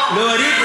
להוריד,